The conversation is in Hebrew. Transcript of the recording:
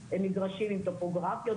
הם מגרשים הם טופוגרפיות,